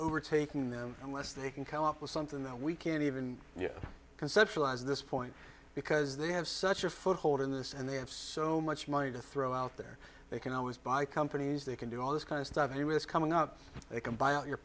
overtaking them unless they can come up with something that we can't even conceptualize this point because they have such a foothold in this and they have so much money to throw out there they can always buy companies they can do all this kind of stuff you risk coming up they can buy all your